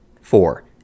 Four